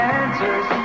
answers